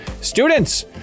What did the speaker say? Students